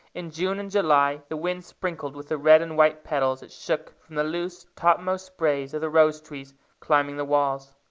in june and july, the wind sprinkled with the red and white petals it shook from the loose topmost sprays of the rose-trees climbing the walls.